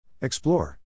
Explore